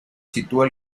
sitúa